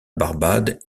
barbade